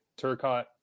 Turcotte